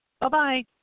Bye-bye